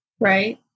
right